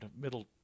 middle